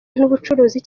n’ubucuruzi